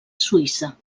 suïssa